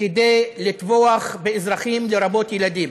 כדי לטבוח באזרחים, לרבות ילדים.